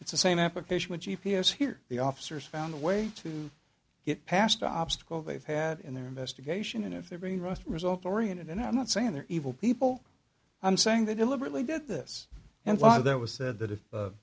it's the same application with g p s here the officers found a way to get past the obstacle they've had in their investigation and if they're being rushed results oriented and i'm not saying they're evil people i'm saying they deliberately did this and why that was said that if